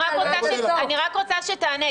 אני רק רוצה שתענה,